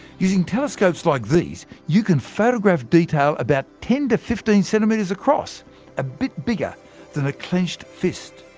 using telescopes like these, you can photograph detail about ten to fifteen centimetres across a bit bigger than a clenched fist.